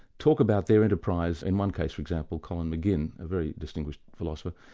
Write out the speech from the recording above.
talk about their enterprise, in one case for example, colin mcginn, a very distinguished philosopher,